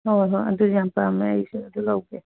ꯍꯣꯏ ꯍꯣꯏ ꯑꯗꯨ ꯌꯥꯝ ꯄꯥꯝꯃꯦ ꯑꯩꯁꯨ ꯑꯗꯨ ꯂꯧꯒꯦ